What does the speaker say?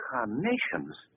Carnations